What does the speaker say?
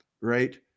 right